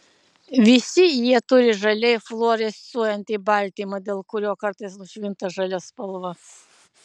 visi jie turi žaliai fluorescuojantį baltymą dėl kurio kartais nušvinta žalia spalva